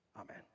Amen